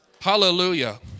Hallelujah